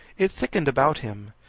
it thickened about him.